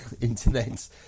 internet